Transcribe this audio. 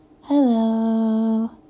hello